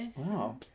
Wow